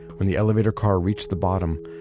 when the elevator car reached the bottom,